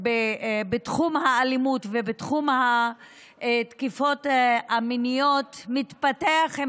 בתחום האלימות ובתחום התקיפות המיניות מתפתח עם